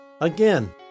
Again